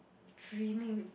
dreaming